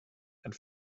and